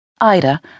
Ida